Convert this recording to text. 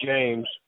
James